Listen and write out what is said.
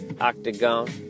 octagon